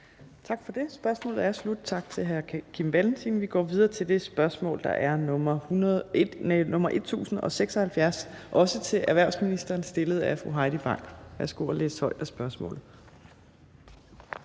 Tak for det. Spørgsmålet er slut. Tak til hr. Kim Valentin. Vi går videre til det spørgsmål, der er nr. S 1076. Det er også til erhvervsministeren, og det er stillet af fru Heidi Bank. Kl. 15:58 Spm.